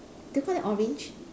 do you call that orange